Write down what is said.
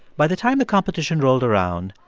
by the time the competition rolled around,